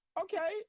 okay